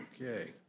Okay